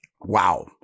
Wow